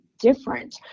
Different